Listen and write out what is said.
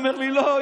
הוא אומר לי: לא,